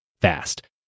fast